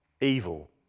Evil